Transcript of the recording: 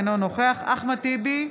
אינו נוכח אחמד טיבי,